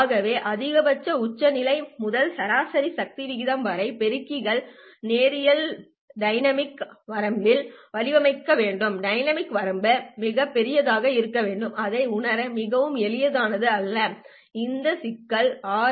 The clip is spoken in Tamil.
ஆகவே அதிகபட்ச உச்சநிலை முதல் சராசரி சக்தி விகிதம் வரை பெருக்கிகள் நேரியல் டைனமிக் வரம்பில் வடிவமைக்கப்பட வேண்டும் டைனமிக் வரம்பு மிகப் பெரியதாக இருக்க வேண்டும் அதை உணர மிகவும் எளிதானது அல்ல இந்த சிக்கல் ஆர்